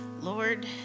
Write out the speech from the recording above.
Lord